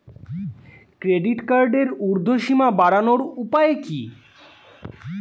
Credit কার্ডের উর্ধ্বসীমা বাড়ানোর উপায় কি?